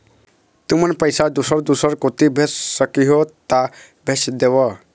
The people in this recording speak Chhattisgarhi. तुमन पैसा दूसर दूसर कोती भेज सखीहो ता भेज देवव?